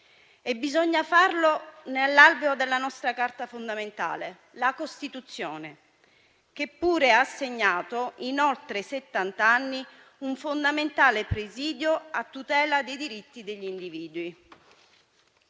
bisogna farlo nell'alveo della nostra Carta fondamentale, la Costituzione, che pure ha segnato, in oltre settant'anni, un fondamentale presidio a tutela dei diritti degli individui.